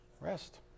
Rest